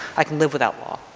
i can live without law.